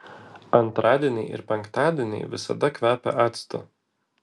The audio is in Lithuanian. antradieniai ir penktadieniai visada kvepia actu